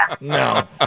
No